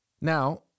Now